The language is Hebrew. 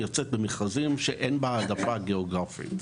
יוצאת במכרזים שאין בהם העדפה גיאוגרפית.